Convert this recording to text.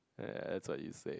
eh that's what you say